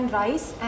rice